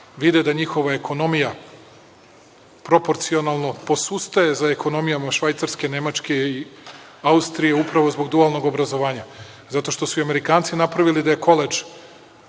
vide da njihova ekonomija proporcijalno posustaje za ekonomijom Švajcarske, Nemačke i Austrije, upravo zbog dualnog obrazovanja, zato što su i Amerikanci napravili da je koledž